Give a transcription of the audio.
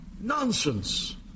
nonsense